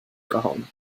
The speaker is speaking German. gehauen